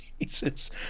Jesus